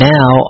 Now